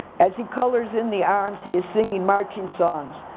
as he colors in the arms he is singing marching songs.